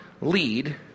lead